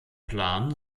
plan